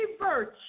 virtue